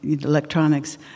Electronics